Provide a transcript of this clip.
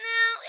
Now